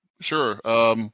Sure